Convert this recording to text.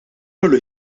kollu